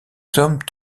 sommes